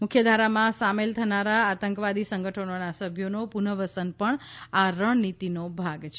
મુખ્યધારામાં સામેલ થનારા આતંકવાદી સંગઠનોના સભ્યોનો પ્રનઃવસન પણ આ રણનીતિનો ભાગ છે